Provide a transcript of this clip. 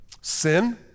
sin